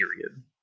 period